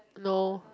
no